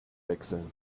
wechseln